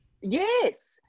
Yes